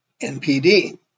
NPD